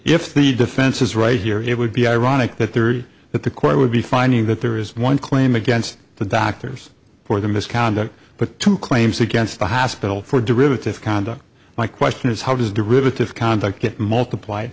if the defense is right here it would be ironic that the that the court would be finding that there is one claim against the doctors for the misconduct but two claims against the hospital for derivative conduct my question is how does the riveted conduct get multiplied